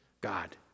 God